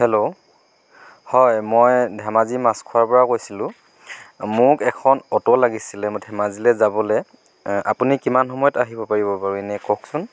hello হয় মই ধেমাজি মাছখোৱাৰ পৰা কৈছিলোঁ মোক এখন অট' লাগিছিলে মই ধেমাজিলৈ যাবলৈ আপুনি কিমান সময়ত আহিব পাৰিব বাৰু এনেই কওকচোন